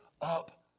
up